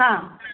हां